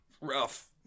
rough